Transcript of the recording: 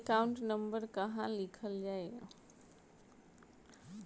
Account number कहवा लिखल जाइ?